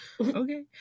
Okay